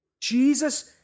Jesus